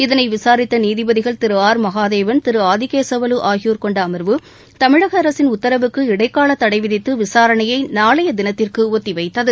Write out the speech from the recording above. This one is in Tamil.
இதனை விசாரித்த நீதிபதிகள் திரு ஆர் மகாதேவன் திரு ஆதிகேசவலு ஆகியோர் கொண்ட அமர்வு தமிழக அரசின் உத்தரவுக்கு இடைக்கால தடை விதித்து விசாரணையை நாளைய தினத்திற்கு ஒத்திவைத்தது